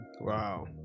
Wow